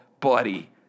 buddy